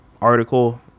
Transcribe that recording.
article